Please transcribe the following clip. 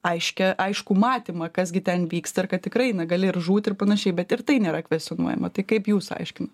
aiškią aiškų matymą kas gi ten vyksta ir kad tikrai na gali ir žūti ir panašiai bet ir tai nėra kvestionuojama tai kaip jūs aiškinat